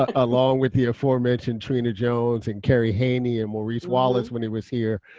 ah along with the aforementioned trina jones and kerry haynie and maurice wallace when he was here.